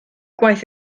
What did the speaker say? gwaith